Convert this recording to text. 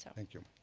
thank you.